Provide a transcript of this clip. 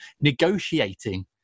negotiating